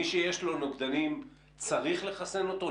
מי שיש לו נוגדנים, צריך לחסן אותו?